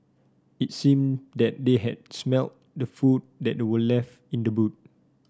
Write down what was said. it seemed that they had smelt the food that were left in the boot